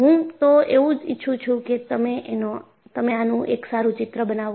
હું તો એવું ઈચ્છું છું કે તમે આનું એક સારું ચિત્ર બનાવો